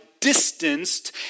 distanced